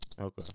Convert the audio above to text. Okay